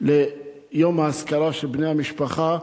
ביום אזכרה של בני-המשפחה,